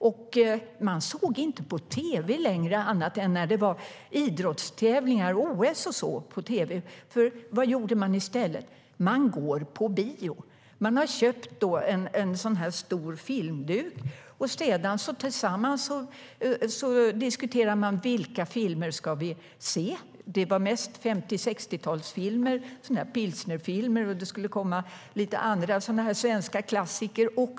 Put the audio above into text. Där ser man inte på tv längre, annat än när det är idrottstävlingar, OS till exempel. Vad gör man i stället? Man går på bio. Boendet har köpt en stor filmduk, och man diskuterar tillsammans vilka filmer man ska se. Det blir mest 50 och 60-talsfilmer, sådana där pilsnerfilmer; det ska också komma lite andra filmer såsom svenska klassiker.